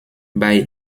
bei